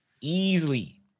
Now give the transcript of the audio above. easily